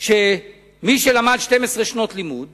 שמי שלמד 12 שנות לימוד